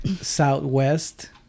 southwest